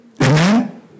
Amen